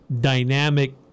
dynamic